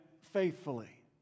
faithfully